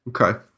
Okay